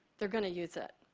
they're going to use that.